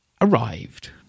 arrived